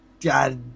god